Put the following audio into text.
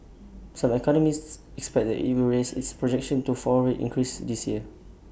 some economists expect that IT will raise its projection to four rate increases this year